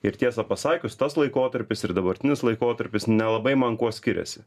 ir tiesą pasakius tas laikotarpis ir dabartinis laikotarpis nelabai man kuo skiriasi